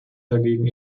dagegen